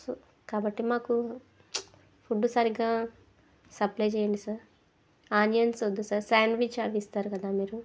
so కాబట్టి మాకు food సరిగ్గా సప్లై చేయండి సార్ ఆనియన్స్ వద్దు సార్ శాండ్విచ్ అవిస్తారు కదా మీరు